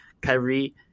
Kyrie –